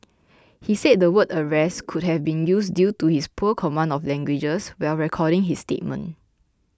he said the word arrest could have been used due to his poor command of languages while recording his statement